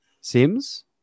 Sims